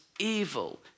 evil